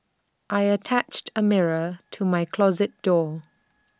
I attached A mirror to my closet door